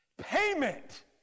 payment